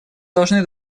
должны